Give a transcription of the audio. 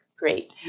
Great